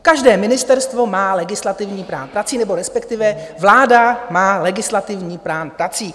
Každé ministerstvo má legislativní plán prací, nebo respektive vláda má legislativní plán prací.